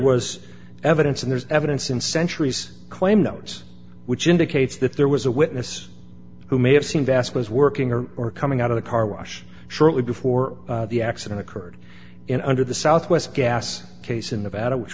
was evidence and there's evidence in centuries claim notes which indicates that there was a witness who may have seen vazquez working or or coming out of a car wash shortly before the accident occurred in under the southwest gas case in the vat of which